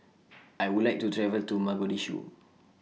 I Would like to travel to Mogadishu